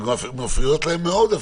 הן אפילו מפריעות להם מאוד.